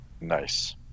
Nice